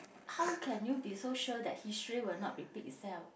how can you be so sure that history will not repeat itself